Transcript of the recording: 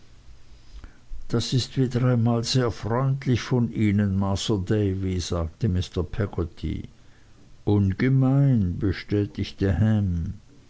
das ist wieder einmal sehr freundlich von ihnen masr davy sagte mr peggotty ungemein bestätigte ham